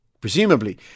Presumably